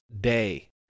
day